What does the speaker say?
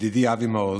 ידידי אבי מעוז.